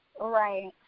Right